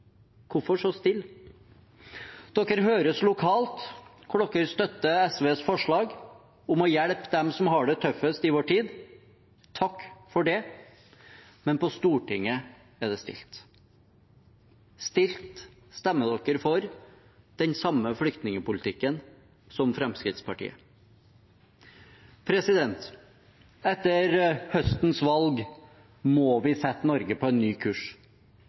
Hvorfor er det så stille? Partiene høres lokalt, der de støtter SVs forslag om å hjelpe dem som har det tøffest i vår tid. Jeg vil takke for det. Men på Stortinget er det stille. Stille stemmer partiene for den samme flyktningpolitikken som Fremskrittspartiet. Etter høstens valg må vi sette Norge på en ny kurs,